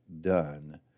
done